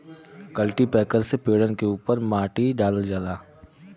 cultipacker से पेड़न के उपर माटी डालल जाला